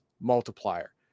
multiplier